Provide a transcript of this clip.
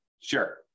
Sure